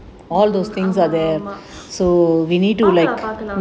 ஆமா ஆமா பாக்கலாம் பாக்கலாம்:aamaa aamaa paakkalaam paakkalaam